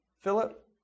Philip